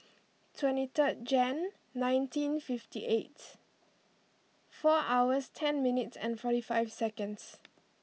twenty third Jan nineteen fifty eight four hours ten minutes and forty five seconds